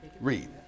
Read